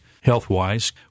health-wise